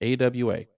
AWA